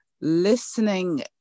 listening